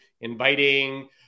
inviting